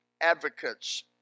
advocates